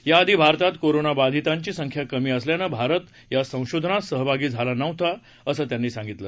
याआधी भारतात कोरोनाबाधितांची संख्या कमी असल्यानं भारत या संशोधनात सहभागी झाला नव्हता असं त्यांनी सांगितल